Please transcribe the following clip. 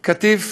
קטיף,